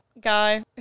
guy